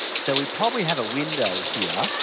so we probably have a window here,